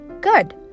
good